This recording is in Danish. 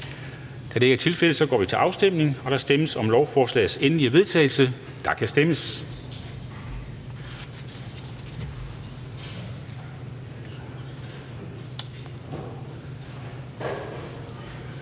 Det er ikke tilfældet, så vi går til afstemning. Der stemmes om lovforslagets endelige vedtagelse, og der kan stemmes.